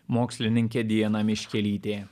mokslininkė diana miškelytė